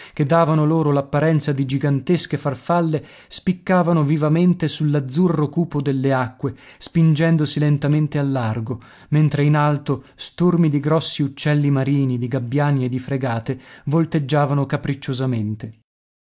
che davano loro l'apparenza di gigantesche farfalle spiccavano vivamente sull'azzurro cupo delle acque spingendosi lentamente al largo mentre in alto stormi di grossi uccelli marini di gabbiani e di fregate volteggiavano